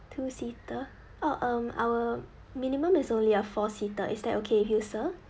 two seater oh um our minimum is only a four seater is that okay with you sir